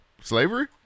Slavery